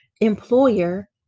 employer